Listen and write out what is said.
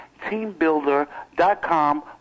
teambuilder.com